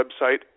website